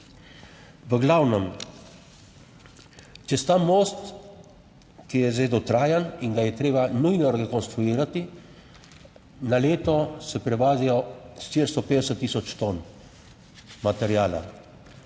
V glavnem čez ta most, ki je zdaj dotrajan in ga je treba nujno rekonstruirati, na leto se prevozijo 450 tisoč ton materiala.